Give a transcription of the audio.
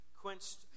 quenched